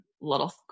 little